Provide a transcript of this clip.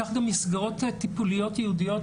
כך גם מסגרות טיפוליות ייעודיות,